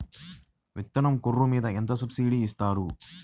విత్తనం గొర్రు మీద ఎంత సబ్సిడీ ఇస్తారు?